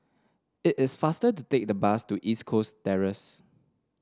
it is faster to take the bus to East Coast Terrace